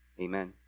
Amen